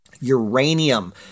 Uranium